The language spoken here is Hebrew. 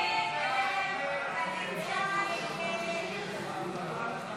הסתייגות 115 לא נתקבלה.